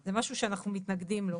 זה משהו שאנחנו מתנגדים לו.